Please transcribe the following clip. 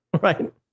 right